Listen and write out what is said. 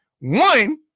One